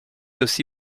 aussi